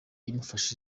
imufashe